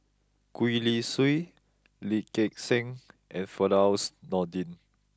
Gwee Li Sui Lee Gek Seng and Firdaus Nordin